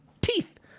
teeth